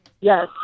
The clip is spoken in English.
yes